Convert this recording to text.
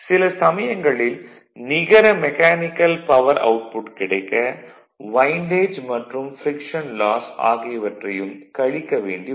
சில சமயங்களில் நிகர மெக்கானிக்கல் பவர் அவுட்புட் கிடைக்க வைண்டேஜ் மற்றும் ஃப்ரிக்ஷன் லாஸ் ஆகியவற்றையும் கழிக்க வேண்டி வரும்